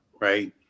right